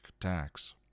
attacks